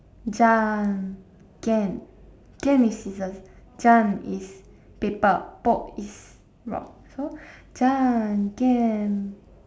is scissors is paper is rock so